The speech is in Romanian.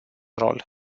rol